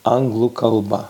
anglų kalba